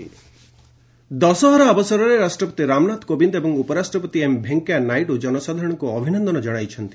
president Dussehra Dussehra ଅବସରରେ ରାଷ୍ଟପତି ରାମନାଥ କୋବିନ୍ଦ ଏବଂ ଉପରାଷ୍ଟ୍ରପତି ଏମ୍ ଭେଙ୍କୟା ନାଇଡୁ ଜନସାଧାରଣଙ୍କୁ ଅଭିନନ୍ଦନ ଜଣାଇଛନ୍ତି